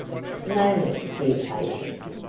name it, dear patience,